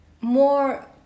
more